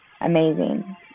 amazing